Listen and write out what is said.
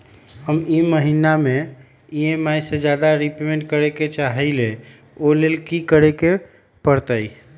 हम ई महिना में ई.एम.आई से ज्यादा रीपेमेंट करे के चाहईले ओ लेल की करे के परतई?